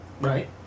Right